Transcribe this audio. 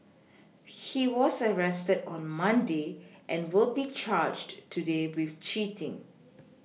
he was arrested on Monday and will be charged today with cheating